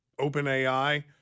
OpenAI